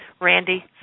randy